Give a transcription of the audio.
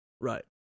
Right